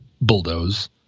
bulldoze